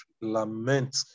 Lament